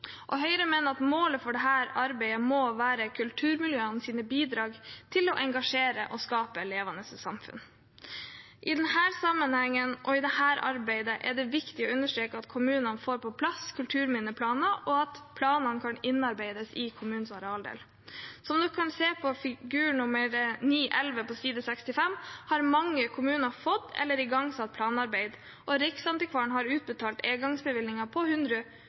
Høyre mener at målet for dette arbeidet må være kulturmiljøenes bidrag til å engasjere og skape levende samfunn. I denne sammenhengen og i dette arbeidet er det viktig å understreke at kommunene får på plass kulturminneplaner, og at planene kan innarbeides i kommunenes arealdel. Som man kan se på figur 9.11 på side 65, har mange kommuner fått eller igangsatt planarbeid, og Riksantikvaren har utbetalt engangsbevilgninger på 100